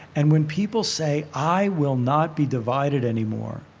and when people say, i will not be divided anymore,